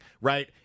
right